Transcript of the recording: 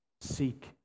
seek